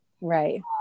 Right